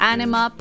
Anima